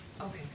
Okay